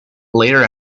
later